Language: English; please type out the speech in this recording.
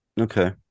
Okay